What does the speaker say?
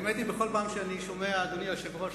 אדוני היושב-ראש,